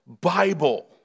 Bible